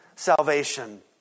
Salvation